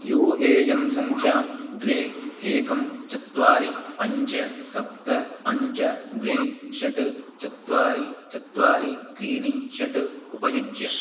you A N सङ्ख्यां द्वे एकं चत्वारि पञ्च सप्त पञ्च द्वे षट् चत्वारि चत्वारि त्रीणि षट् उपयुज्य